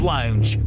Lounge